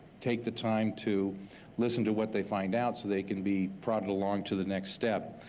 take the time to listen to what they find out so they can be prodded along to the next step.